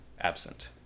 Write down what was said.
absent